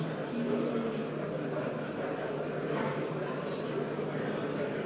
מצביעה גילה גמליאל,